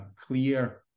clear